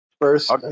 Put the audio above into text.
first